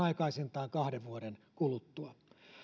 aikaisintaan kahden vuoden kuluttua